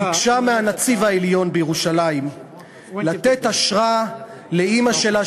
ביקשה מהנציב העליון בירושלים לתת אשרה לאימא שלה,